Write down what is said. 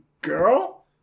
girl